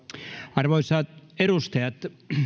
arvoisat edustajat